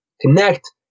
connect